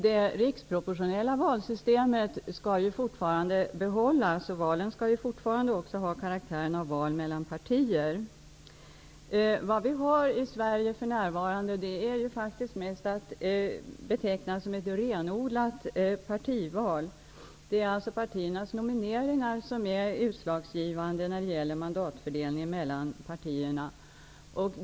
Det riksproportionella valsystemet skall emellertid fortfarande behållas, och valen skall fortfarande ha karaktären av val mellan partier. Vad vi har i Sverige för närvarande är mest att beteckna som ett renodlat partival. Det är alltså partiernas nomineringar som är utslagsgivande vid mandatfördelningen mellan partierna.